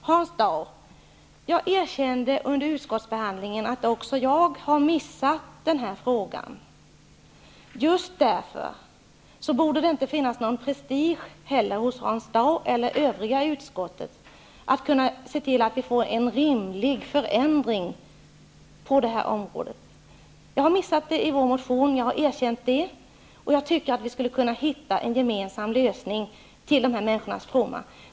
Jag återgår till frågan om timersättningen. Under utskottsbehandlingen erkände jag att också jag hade missat den frågan. Just därför borde det inte finnas någon prestige hos Hans Dau eller övriga i utskottet att kunna se till att det sker en rimlig förändring på det området. Jag har erkänt att jag har missat frågan i vår motion, och jag tycker att vi skulle kunna finna en gemensam lösning till dessa människors fromma.